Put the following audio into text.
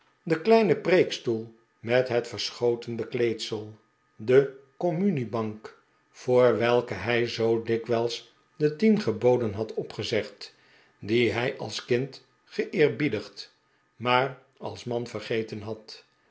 den kleinen preekstoel met het verschoten bekleedselj de communiebank voor welke hij zoo dikwijls de tien geboden had opgezegd die hij als kind geeerbiedigd maar als man vergeten had